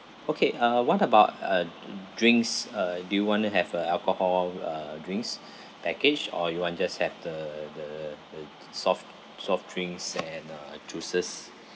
okay uh what about uh dr~ drinks uh do you want to have a alcohol uh drinks package or you want just have the the the s~ soft soft drinks and uh juices